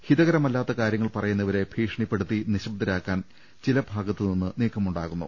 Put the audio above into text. ഹിതകരമല്ലാത്ത കാര്യങ്ങൾ പറയു ന്നവരെ ഭീഷണിപ്പെടുത്തി നിശബ്ദരാക്കാൻ ചിലഭാഗത്ത് നിന്ന് നീക്കമുണ്ടാകുന്നു